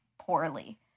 poorly